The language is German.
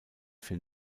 für